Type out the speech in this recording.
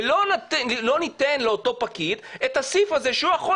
ולא ניתן לאותו פקיד את הסעיף הזה שהוא יכול